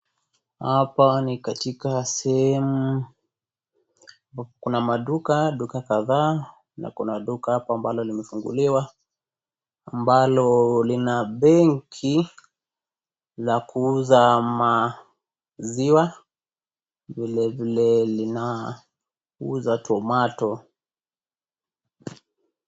Hapa ni katika sehemu, ambapo kuna maduka, duka kadhaa na kuna duka hapa ambalo limefunguliwa, ambalo lina benki, la kuuza maziwa, vilevile linauza tomato .